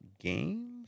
games